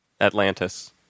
Atlantis